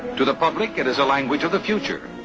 to the public, it is a language of the future.